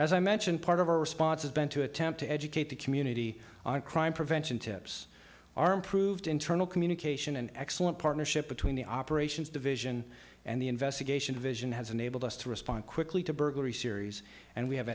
as i mentioned part of our response has been to attempt to educate the community on crime prevention tips our improved internal communication an excellent partnership between the operations division and the investigation division has enabled us to respond quickly to burglary series and we have